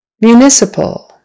Municipal